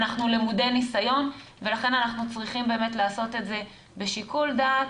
אנחנו למודי ניסיון ולכן אנחנו צריכים באמת לעשות את זה בשיקול דעת,